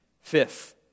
Fifth